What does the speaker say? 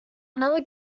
another